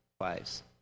wives